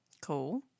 Cool